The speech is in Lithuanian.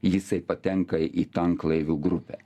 jisai patenka į tanklaivių grupę